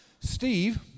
Steve